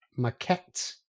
Maquette